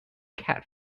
cat